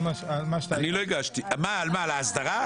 ההסדרה?